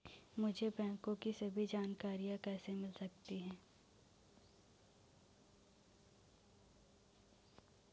मुझे बैंकों की सभी जानकारियाँ कैसे मिल सकती हैं?